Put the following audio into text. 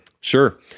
Sure